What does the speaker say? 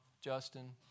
Justin